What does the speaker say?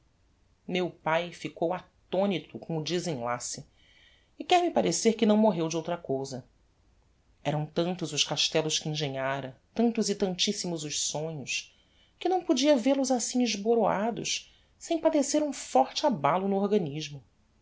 meu pae ficou attonito com o desenlace e quer-me parecer que não morreu de outra cousa eram tantos os castellos que engenhára tantos e tantissimos os sonhos que não podia vel os assim esboroados sem padecer um forte abalo no organismo